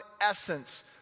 essence